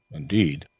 indeed,